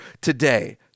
today